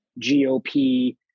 GOP